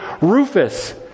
Rufus